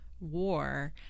war